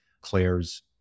Claire's